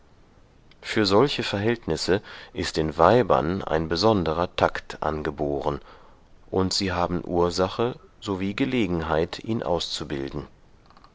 für solche verhältnisse ist den weibern ein besonderer takt angeboren und sie haben ursache sowie gelegenheit ihn auszubilden